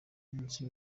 munsi